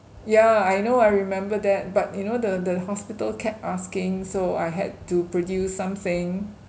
yeah I know I remember that but you know the the hospital kept asking so I had to produce something